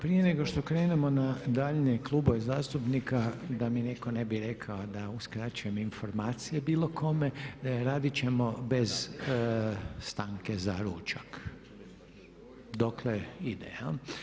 Prije nego što krenemo na daljnje klubove zastupnika da mi netko ne bi rekao da uskraćujem informacije bilo kome radit ćemo bez stanke za ručak dokle ide.